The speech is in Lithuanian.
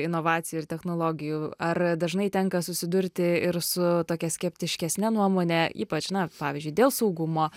inovacijų ir technologijų ar dažnai tenka susidurti ir su tokia skeptiškesne nuomone ypač na pavyzdžiui dėl saugumo